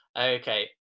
Okay